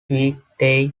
weekday